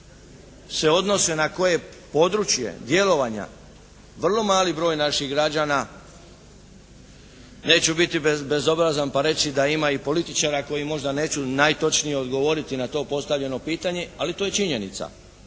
se odnose na koje područje, djelovanja vrlo mali broj naših građana neću biti bezobrazan da ima i političara koji možda neće najtočnije odgovoriti na to postavljeno pitanje, ali to je činjenica.